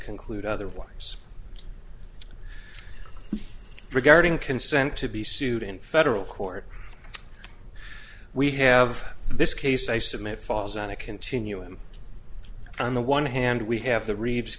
conclude otherwise regarding consent to be sued in federal court we have this case i submit falls on a continuum on the one hand we have the re